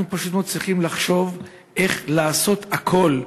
אנחנו פשוט מאוד צריכים לחשוב איך לעשות הכול,